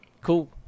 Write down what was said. cool